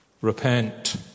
Repent